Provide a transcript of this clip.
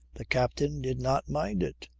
the captain did not mind it.